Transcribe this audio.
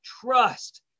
trust